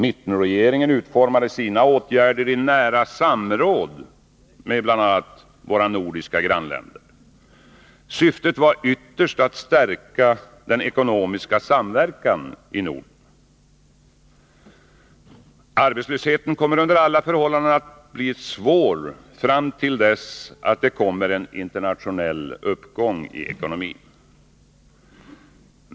Mittenregeringen utformade sina åtgärder i nära samråd med bl.a. våra nordiska grannländer. Syftet var ytterst att stärka den ekonomiska samverkan i Norden. Arbetslösheten kommer under alla förhållanden att bli svår fram till dess att det kommer en internationell uppgång i ekonomin.